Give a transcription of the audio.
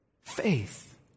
Faith